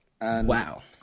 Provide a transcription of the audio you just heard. Wow